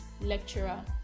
lecturer